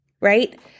right